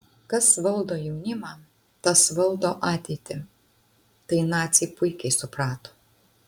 kas valdo jaunimą tas valdo ateitį tai naciai puikiai suprato